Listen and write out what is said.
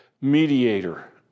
mediator